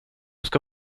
ska